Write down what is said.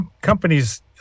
companies